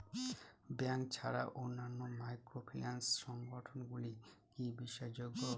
Bank ছাড়া অন্যান্য microfinance সংগঠন গুলি কি বিশ্বাসযোগ্য?